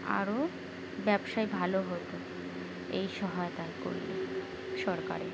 আরও ব্যবসায় ভালো হতো এই সহায়তা করলে সরকারের